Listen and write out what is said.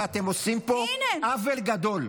ואתם עושים פה עוול גדול.